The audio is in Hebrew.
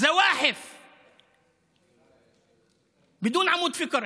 (אומר בערבית: זוחלים, בלי עמוד שדרה.)